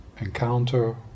encounter